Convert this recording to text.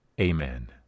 Amen